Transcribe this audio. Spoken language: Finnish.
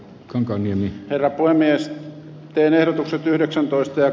kankaanniemi lapua mies enää noussut yhdeksäntoista